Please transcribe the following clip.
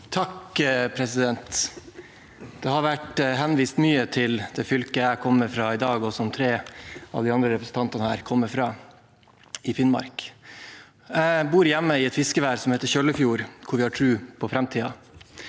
har i dag vært henvist mye til det fylket jeg kommer fra, og som tre av de andre representantene her kommer fra – Finnmark. Jeg bor hjemme i et fiskevær som heter Kjøllefjord, hvor vi har tro på framtiden.